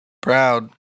proud